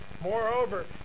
Moreover